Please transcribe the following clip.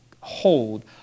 hold